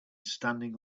standing